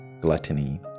gluttony